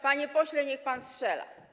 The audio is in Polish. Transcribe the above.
Panie pośle, niech pan strzela.